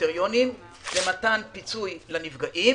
קריטריונים ומתן פיצוי לנפגעים.